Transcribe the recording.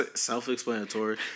self-explanatory